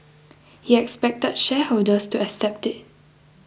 he expected shareholders to accept it